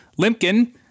Limpkin